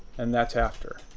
and that's after.